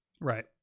Right